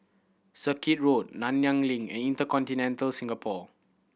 Circuit Road Nanyang Link and InterContinental Singapore